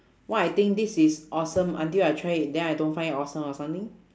what I think this is awesome until I try it then I don't find it awesome or something